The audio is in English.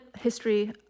history